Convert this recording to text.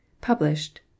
published